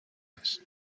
است